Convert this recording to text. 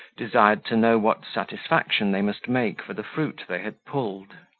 desired to know what satisfaction they must make for the fruit they had pulled.